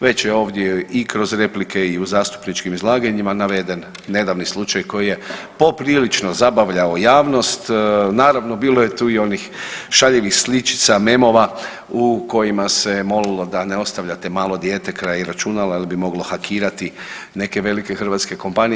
Već je ovdje i kroz replike i u zastupničkim izlaganjima naveden nedavni slučaj koji je poprilično zabavljao javnost, naravno bilo je tu i onih šaljivih sličica memova u kojima se molilo da ne ostavljate malo dijete kraj računala jel bi moglo hakirati neke velike hrvatske kompanije.